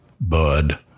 bud